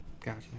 gotcha